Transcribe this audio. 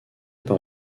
par